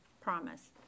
promise